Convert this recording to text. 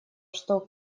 что